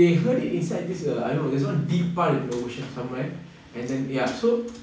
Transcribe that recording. they heard it inside this err I don't know there's one deep part in the ocean somewhere and then ya so